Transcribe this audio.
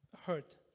hurt